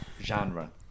genre